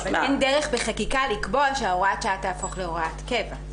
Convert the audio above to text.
אבל אין דרך בחקיקה לקבוע שהוראת השעה תהפוך להוראת קבע,